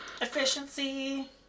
efficiency